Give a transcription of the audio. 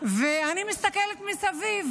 ואני מסתכלת מסביב